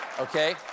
Okay